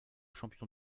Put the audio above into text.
champion